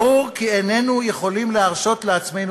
ברור כי איננו יכולים להרשות לעצמנו